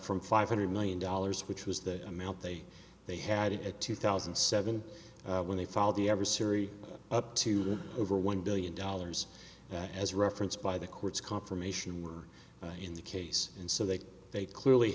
from five hundred million dollars which was the amount they they had it at two thousand and seven when they follow the adversary up to over one billion dollars as referenced by the courts confirmation were in the case and so they they clearly